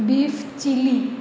beef chilly